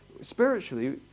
Spiritually